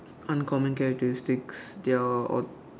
uncommon characteristics they are all